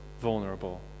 vulnerable